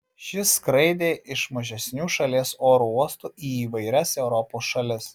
ši skraidė iš mažesnių šalies oro uostų į įvairias europos šalis